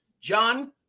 John